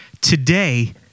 today